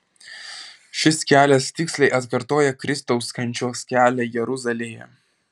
šis kelias tiksliai atkartoja kristaus kančios kelią jeruzalėje